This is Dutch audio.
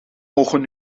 mogen